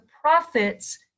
prophets